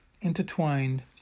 intertwined